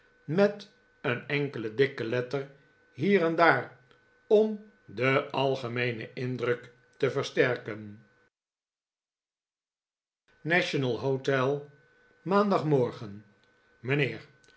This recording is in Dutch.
met een enkele dikke letter hier en daar om den algemeenen indruk te versterken national hotel maandagmorgen mijnheer